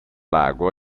lago